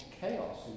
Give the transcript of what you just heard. chaos